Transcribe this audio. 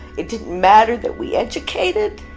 it didn't matter that we educated.